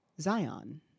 Zion